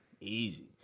Easy